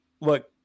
look